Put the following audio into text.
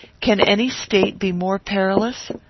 can any state be more perilous?